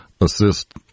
assist